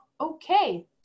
Okay